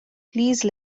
please